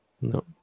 No